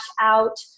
out